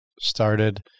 started